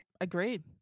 agreed